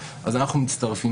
אנחנו מצטרפים.